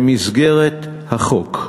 במסגרת החוק.